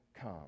come